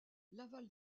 laval